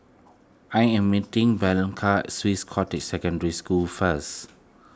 I am meeting Blanca Swiss Cottage Secondary School first